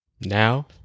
Now